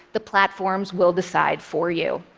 the platforms will decide for you.